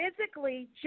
Physically